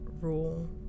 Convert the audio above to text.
rule